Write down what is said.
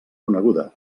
coneguda